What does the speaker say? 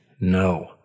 No